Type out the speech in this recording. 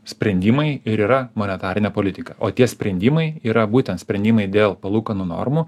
sprendimai ir yra monetarinė politika o tie sprendimai yra būtent sprendimai dėl palūkanų normų